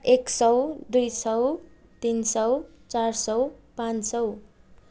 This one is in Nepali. एक सय दुई सय तिन सय चार सय पाँच सय